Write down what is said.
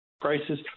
prices